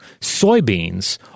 soybeans